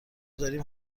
داریم